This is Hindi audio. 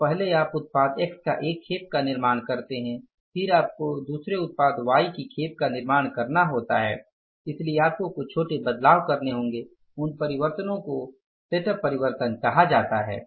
तो पहले आप उत्पाद X का एक खेप का निर्माण करते हैं और फिर आपको दूसरे उत्पाद Y की खेप का निर्माण करना होता है इसलिए आपको कुछ छोटे बदलाव करने होंगे उन परिवर्तनों को सेटअप परिवर्तन कहा जाता है